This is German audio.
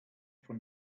von